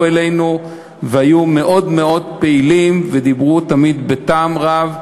אלינו והיו מאוד מאוד פעילים ודיברו תמיד בטעם רב,